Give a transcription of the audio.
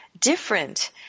different